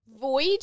void